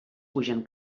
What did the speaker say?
pugen